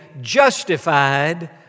justified